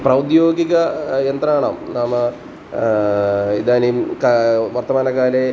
प्रौद्योगिक यन्त्राणां नाम इदानीं का वर्तमानकाले